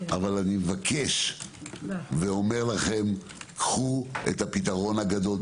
אני מבקש ואומר לכם: קחו את הפתרון הגדול.